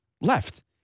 left